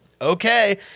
okay